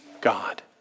God